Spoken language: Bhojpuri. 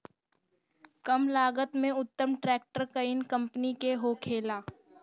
कम लागत में उत्तम ट्रैक्टर कउन कम्पनी के होखेला?